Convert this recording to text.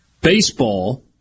baseball